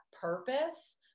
purpose